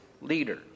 leader